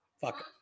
fuck